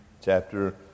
chapter